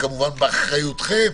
וכמובן באחריותכם,